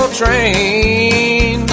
train